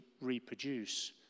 reproduce